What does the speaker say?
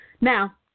Now